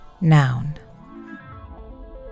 Noun